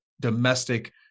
domestic